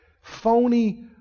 phony